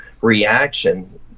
reaction